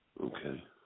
Okay